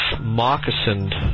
moccasined